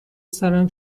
سرم